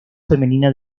femenina